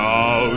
Now